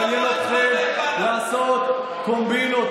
מעניין אתכם לעשות קומבינות,